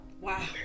Wow